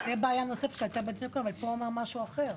זאת בעיה אחרת, זה משהו אחר,